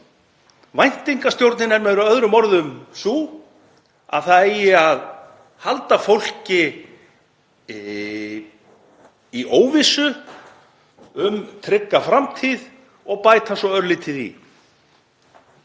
Væntingastjórnin er með öðrum orðum sú að það eigi að halda fólki í óvissu um trygga framtíð og bæta svo örlítið í.